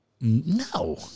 No